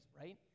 right